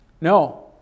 No